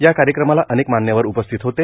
या कार्यक्रमाला अनेक मान्यवर उपस्थित होते